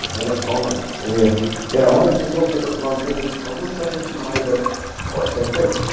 and it's fine. um and yeah now i'm just looking at this and i'm thinking i wish i hadn't made it quite so big.